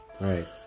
right